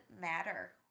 matter